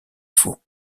faux